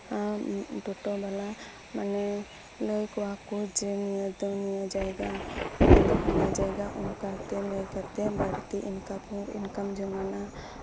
ᱛᱟᱣ ᱢᱟᱱᱮ ᱴᱳᱴᱳ ᱵᱟᱞᱟ ᱞᱟᱹᱭ ᱟᱠᱚᱣᱟ ᱡᱮ ᱱᱤᱭᱟᱹ ᱫᱚ ᱱᱚᱣᱟ ᱡᱟᱭᱜᱟ ᱱᱚᱣᱟ ᱫᱚ ᱦᱟᱱᱟ ᱡᱟᱭᱜᱟ ᱚᱱᱠᱟᱛᱮ ᱞᱟᱹᱭ ᱠᱟᱛᱮᱜ ᱤᱱᱠᱟᱢ ᱡᱚᱢᱟᱱᱟ